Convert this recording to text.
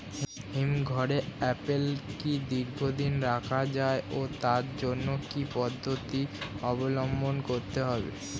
হিমঘরে আপেল কি দীর্ঘদিন রাখা যায় ও তার জন্য কি কি পদ্ধতি অবলম্বন করতে হবে?